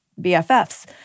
BFFs